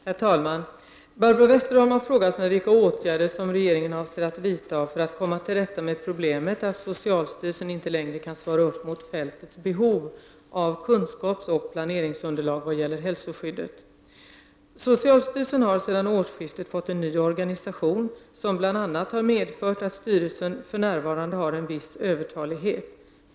Herr talman! Barbro Westerholm har frågat mig vilka åtgärder som regeringen avser att vidta för att komma till rätta med problemet att socialstyrelsen inte längre kan svara upp mot fältets behov av kunskapsoch planeringsunderlag vad gäller hälsoskyddet. Socialstyrelsen har vid årsskiftet fått en ny organisation, som bl.a. har medfört att styrelsen för närvarande har en viss övertalighet.